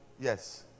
Yes